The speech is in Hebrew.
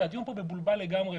כי הדיון פה מבולבל לגמרי ,